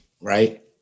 right